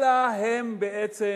אלא הם בעצם